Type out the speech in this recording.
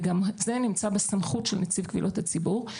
וגם זה נמצא בסמכות נציב קבילות הציבור.